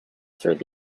through